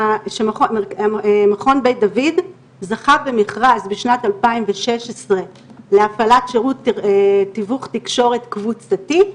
שמכון בית דוד זכה במכרז בשנת 2016 להפעלת שירות תיווך תקשורת קבוצתי.